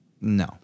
No